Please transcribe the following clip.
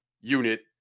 unit